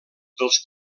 dels